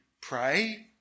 pray